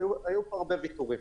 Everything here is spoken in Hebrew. היו פה הרבה ויתורים.